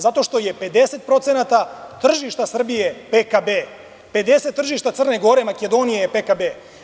Zato što je 50% tržišta Srbije PKB, 50% tržišta Crne Gore, Makedonije je PKB.